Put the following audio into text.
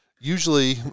usually